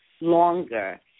longer